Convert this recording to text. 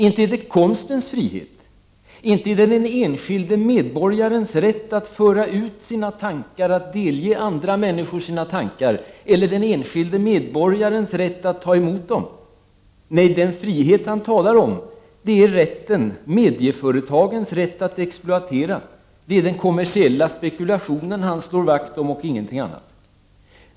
Inte heller den enskilde medborgarens rätt att föra ut sina tankar för att delge andra människor dem eller den enskilde medborgarens rätt att ta emot dem. Nej, den frihet som Jan Sandberg talar om är medieföretagens rätt att exploatera. Det är den kommersiella spekulationen som han slår vakt om och ingenting annat.